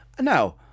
Now